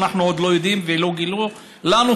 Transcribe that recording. שאנחנו עוד לא יודעים ולא גילו לנו,